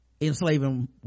enslaving